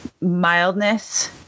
Mildness